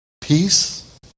peace